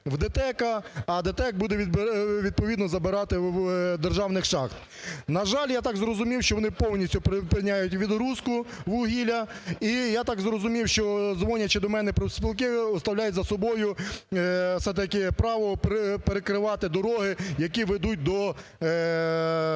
відповідно забирати у державних шахт. На жаль, я так розумів, що вони повністю припиняютьвідгрузкувугілля, і я так зрозумів, що, дзвонять ще до мене профспілки, оставляють за собою все-таки право перекривати дороги, які ведуть до тих